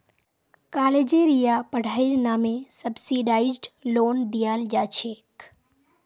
कालेजेर या पढ़ाईर नामे सब्सिडाइज्ड लोन दियाल जा छेक